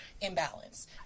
imbalance